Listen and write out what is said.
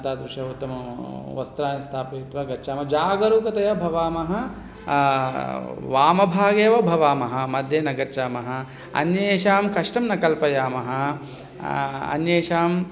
तादृशानि उत्तमानि वस्त्राणि स्थापयित्वा गच्छामः जागरूकतया भवामः वामभागे एव भवामः मध्ये न गच्छामः अन्येषां कष्टं न कल्पयामः अन्येषां